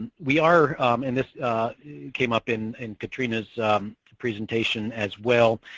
we are in this came up in in katrina's presentation as well.